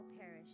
perish